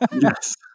Yes